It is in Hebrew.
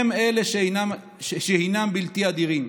הם אלה שהינם בלתי הדירים,